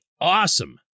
awesome